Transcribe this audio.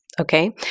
okay